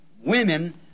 women